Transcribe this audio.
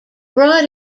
brought